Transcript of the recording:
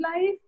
life